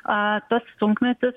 a tas sunkmetis